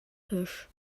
typisch